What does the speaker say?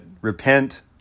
repent